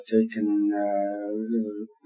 taken